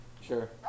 Sure